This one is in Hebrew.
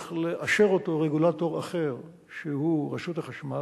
צריך לאשר אותו רגולטור אחר שהוא רשות החשמל,